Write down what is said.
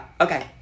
Okay